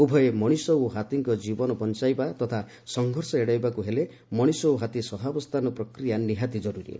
ଉଭୟ ମଣିଷ ଓ ହାତୀଙ୍କ ଜୀବନ ବଞ୍ଚାଇବା ତଥା ସଂଘର୍ଷ ଏଡ଼ାଇବାକୁ ହେଲେ ମଣିଷ ଓ ହାତୀ ସହାବସ୍ଥାନ ପ୍ରକ୍ୟା ନିହାତି କରୁରୀ